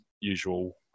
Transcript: usual